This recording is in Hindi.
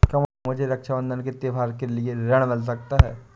क्या मुझे रक्षाबंधन के त्योहार के लिए ऋण मिल सकता है?